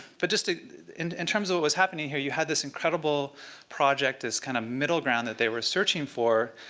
but just ah in in terms of what was happening here, you had this incredible project, this kind of middle ground that they were searching for.